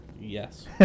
Yes